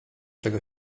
czego